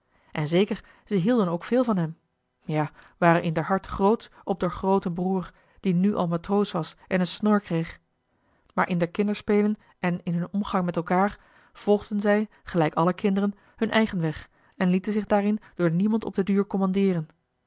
en zeker ze hielden ook veel van hem ja waren in d'r hart grootsch op d'r grooten broer die nu al matroos was en een snor kreeg maar in d'r kinderspelen en in hun omgang met elkaar volgden zij gelijk alle kinderen hun eigen weg en lieten zich daarin door niemand op den duur commandeeren